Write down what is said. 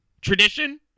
Tradition